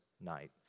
night